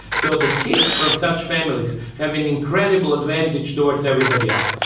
so the kids from such families have an incredible advantage towards everybody else.